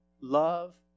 love